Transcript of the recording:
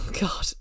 god